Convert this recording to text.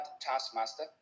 taskmaster